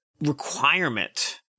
requirement